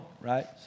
right